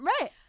Right